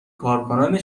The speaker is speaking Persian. کارکنان